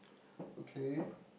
okay